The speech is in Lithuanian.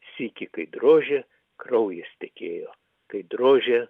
sykį kai drožia kraujas tekėjo kaip drožė